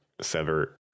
sever